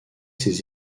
ses